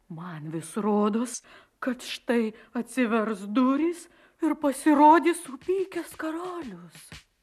man vis rodos kad štai atsivers durys ir pasirodys supykęs karalius